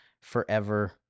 forever